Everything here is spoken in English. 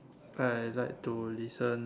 I like to listen